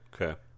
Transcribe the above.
Okay